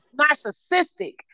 narcissistic